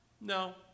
No